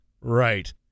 right